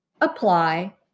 apply